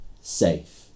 safe